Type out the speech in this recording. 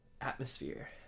atmosphere